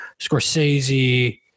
scorsese